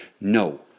no